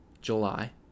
July